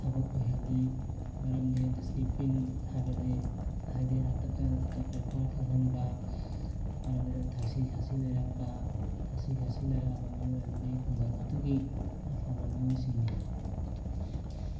ꯊꯕꯛ ꯑꯣꯏꯍꯜꯂꯤ ꯃꯔꯝꯗꯤ ꯗꯤꯁꯤꯄ꯭ꯂꯤꯟ ꯍꯥꯏꯕꯗꯤ ꯍꯥꯏꯗꯤ ꯕꯦꯚꯥꯔ ꯈꯪꯍꯟꯕ ꯃꯔꯝꯗꯤ ꯊꯛꯁꯤ ꯈꯥꯁꯤ ꯂꯩꯔꯛꯄ ꯊꯛꯁꯤ ꯈꯥꯁꯤ ꯂꯩꯔꯛꯑꯕ ꯃꯤꯑꯣꯏ ꯑꯗꯨꯗꯤ ꯈꯨꯡꯒꯪ ꯑꯗꯨꯒꯤ ꯑꯐꯕ ꯃꯤꯑꯣꯏꯁꯤꯡꯅꯤ